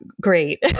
great